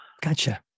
gotcha